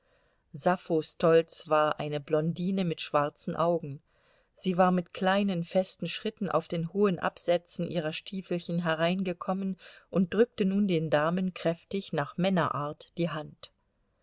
sappho stoltz war eine blondine mit schwarzen augen sie war mit kleinen festen schritten auf den hohen absätzen ihrer stiefelchen hereingekommen und drückte nun den damen kräftig nach männerart die hand